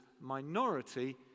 minority